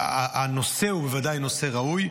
הנושא הוא בוודאי נושא ראוי.